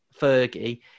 Fergie